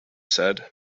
said